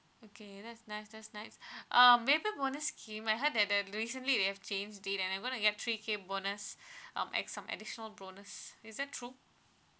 okay that's nice that's nice um baby bonus scheme I heard that that recently they have changed this and I'm going to get three K bonus um add some additional bonus is that true